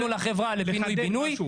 לחברה לפינוי-בינוי.